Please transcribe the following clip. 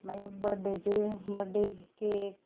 मागीर बर्थडेची birthday cake